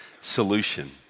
solution